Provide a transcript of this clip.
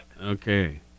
Okay